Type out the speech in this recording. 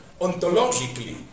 ontologically